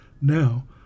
now